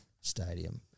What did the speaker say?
Stadium